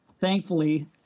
thankfully